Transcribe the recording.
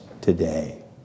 today